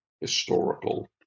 historical